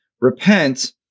repent